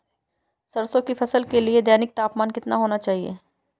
सरसों की फसल के लिए दैनिक तापमान कितना होना चाहिए?